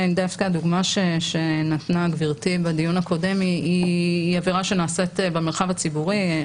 דווקא הדוגמה שנתנה גברתי בדיון הקודם היא עבירה שנעשית במרחב הציבורי.